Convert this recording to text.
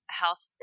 house